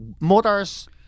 mothers